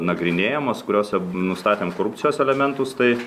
nagrinėjamos kuriose nustatėm korupcijos elementus tai